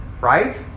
Right